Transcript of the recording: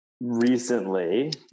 recently